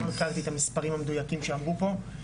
לא הכרתי את המספרים המדויקים שאמרו פה.